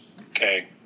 Okay